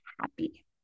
happy